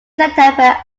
september